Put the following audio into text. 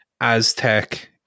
Aztec